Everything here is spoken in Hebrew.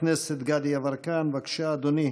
חבר הכנסת גדי יברקן, בבקשה, אדוני.